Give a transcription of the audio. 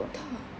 tak